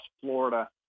Florida